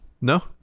no